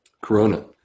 Corona